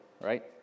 right